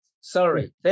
sorry